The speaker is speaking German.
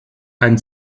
ein